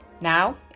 Now